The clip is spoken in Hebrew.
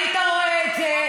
היית רואה את זה.